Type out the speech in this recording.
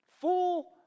Fool